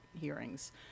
hearings